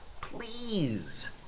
Please